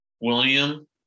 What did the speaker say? William